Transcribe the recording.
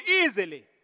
easily